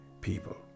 people